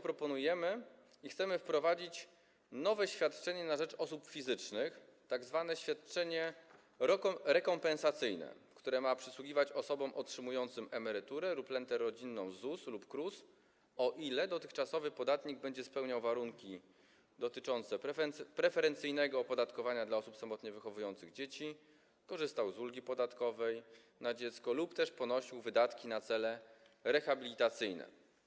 Proponujemy i chcemy wprowadzić nowe świadczenie na rzecz osób fizycznych, tzw. świadczenie rekompensacyjne, które ma przysługiwać osobom otrzymującym emeryturę lub rentę rodzinną z ZUS lub KRUS - o ile dotychczasowy podatnik będzie spełniał warunki dotyczące preferencyjnego opodatkowania dla osób samotnie wychowujących dzieci, korzystał z ulgi podatkowej na dziecko lub też ponosił wydatki na cele rehabilitacyjne.